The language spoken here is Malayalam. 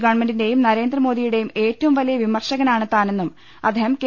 ഗവൺമെന്റിന്റെയും നേരന്ദ്രമോദിയു ടെയും ഏറ്റവുംവലിയ വിമർശകനാണ് താനെന്നും അദ്ദേഹം കെ